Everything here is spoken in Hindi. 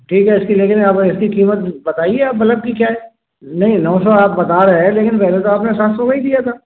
ठीक है इसकी लेकिन अब इसकी कीमत बताइए आप बलफ की क्या है नहीं नौ सौ आप बता रहे हैं लेकिन पहले तो आपने सात सौ में ही दिया था